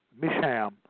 Misham